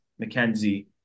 McKenzie